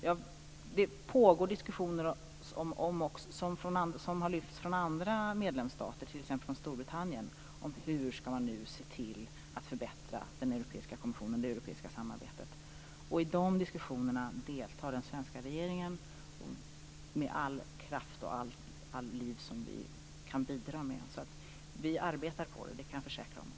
Det pågår diskussioner som har lyfts av andra medlemsstater, t.ex. Storbritannien, om hur man skall se till att förbättra den europeiska kommissionen, det europeiska samarbetet. I de diskussionerna deltar också den svenska regeringen, med all den kraft och den vitalitet som vi kan bidra med. Jag kan alltså försäkra att vi arbetar med detta.